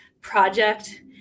project